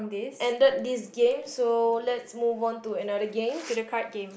ended this game so let's move on to another game